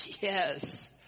Yes